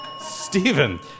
Stephen